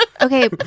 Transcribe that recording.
Okay